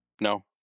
No